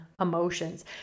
emotions